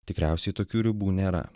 tikriausiai tokių ribų nėra